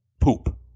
Poop